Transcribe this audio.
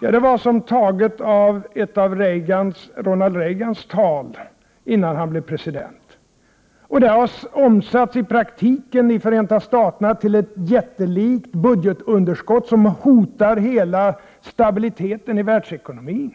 Det var som taget ur ett av Ronald Reagans tal innan han blev president. I Förenta Staterna har detta i praktiken omsatts till ett jättelikt budgetunderskott som hotar hela stabiliteten i världsekonomin.